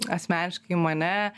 asmeniškai mane